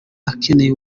akeneye